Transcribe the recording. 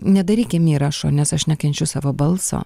nedarykim įrašo nes aš nekenčiu savo balso